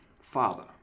father